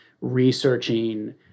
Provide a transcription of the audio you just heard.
researching